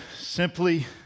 Simply